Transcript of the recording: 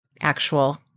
actual